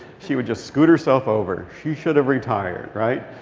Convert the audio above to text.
she would just scoot herself over. she should have retired, right?